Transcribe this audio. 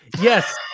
Yes